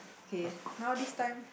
okay now this time